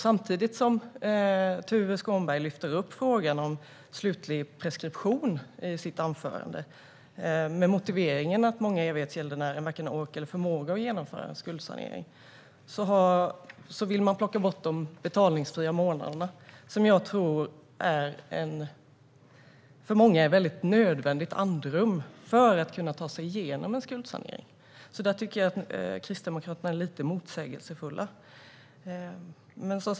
Samtidigt som Tuve Skånberg lyfter upp frågan om slutlig preskription i sitt anförande med motiveringen att många evighetsgäldenärer varken har ork eller förmåga att genomföra en skuldsanering vill man från hans partis sida plocka bort de betalningsfria månaderna, som jag tror för många är ett nödvändigt andrum för att kunna ta sig igenom en skuldsanering. Där tycker jag att Kristdemokraterna är lite motsägelsefulla.